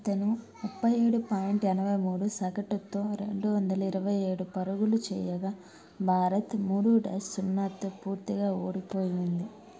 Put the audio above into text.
అతను ముప్పై ఏడు పాయింట్ ఎనభై మూడు సగటుతో రెండు వందల ఇరవై ఏడు పరుగులు చేయగా భారత్ మూడు డాష్ సున్నాతో పూర్తిగా ఓడిపోయింది